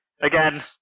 again